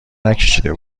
نکشیده